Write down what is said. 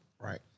Right